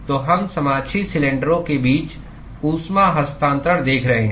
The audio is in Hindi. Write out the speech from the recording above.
तो हम समाक्षीय सिलेंडरों के बीच ऊष्मा हस्तांतरण देख रहे हैं